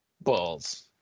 Balls